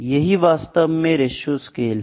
यही वास्तव में रेश्यो है